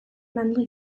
manley